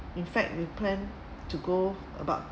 in fact we planned to go about